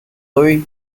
lois